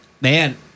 Man